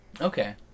okay